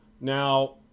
Now